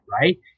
right